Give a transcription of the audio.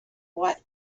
what